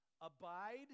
Abide